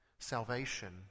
Salvation